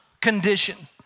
condition